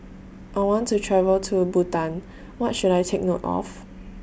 I want to travel to Bhutan What should I Take note of